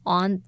on